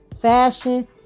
fashion